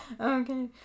Okay